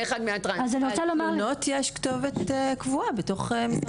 לתלונות יש כתובת קבועה בתוך המשרד.